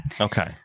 Okay